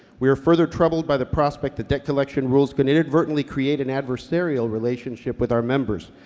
we are further troubled by the prospect that debt collection rules could inadvertently create an adversarial relationship with our members.